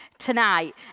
tonight